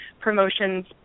promotions